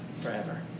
forever